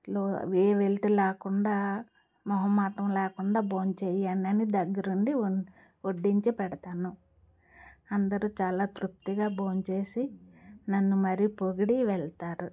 లో ఏ వెలితి లేకుండా మొహమాటం లేకుండా భోంచేయాలని దగ్గరుండి వం వడ్డించి పెడతాను అందరూ చాలా తృప్తిగా భోంచేసి నన్ను మరి పొగిడి వెళ్ళతారు